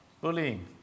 Bullying